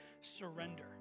surrender